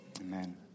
Amen